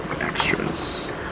extras